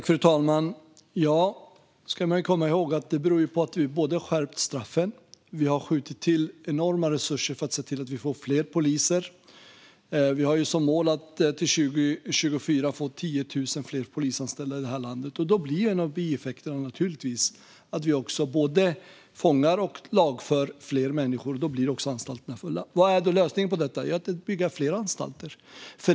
Fru talman! Man ska komma ihåg att detta beror på att vi både har skärpt straffen och skjutit till enorma resurser för att se till att få fler poliser. Vi har som mål att till 2024 få 10 000 fler polisanställda i landet. Då blir en av bieffekterna naturligtvis att vi både fångar och lagför fler människor. Då blir också anstalterna fulla. Vad är då lösningen på detta? Jo, att bygga fler anstalter.